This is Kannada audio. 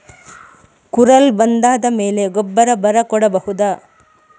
ಕುರಲ್ ಬಂದಾದ ಮೇಲೆ ಗೊಬ್ಬರ ಬರ ಕೊಡಬಹುದ?